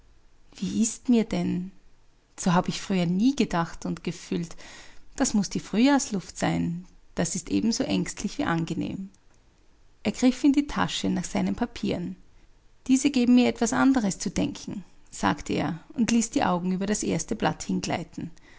wie ist mir denn so habe ich früher nie gedacht und gefühlt das muß die frühjahrsluft sein das ist ebenso ängstlich wie angenehm er griff in die tasche nach seinen papieren diese geben mir etwas anderes zu denken sagte er und ließ die augen über das erste blatt hingleiten